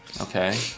Okay